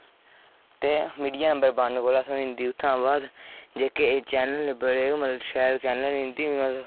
ते media number one कोला थ्होई जंदी उत्थुआं बाद जेह्के एह् चैनल न बड़े गै मतलब शैल चैनल न इं'दी मतलब